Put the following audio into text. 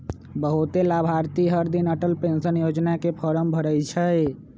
बहुते लाभार्थी हरदिन अटल पेंशन योजना के फॉर्म भरई छई